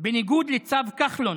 בניגוד לצו כחלון,